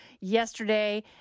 yesterday